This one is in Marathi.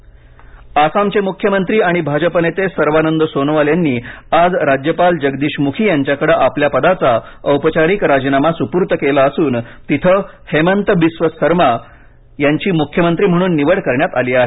राजीनामा आसामचे मुख्यमंत्री आणि भाजप नेते सर्बानंद सोनवाल यांनी आज राज्यपाल जगदीश मुखी यांच्याकडे आपल्या पदाचा औपचारिक राजीनामा सुपूर्त केला असून तिथे हेमंत बिस्व सरमा यांची मुख्यमंत्री म्हणून निवड करण्यात आली आहे